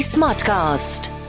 Smartcast